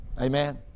Amen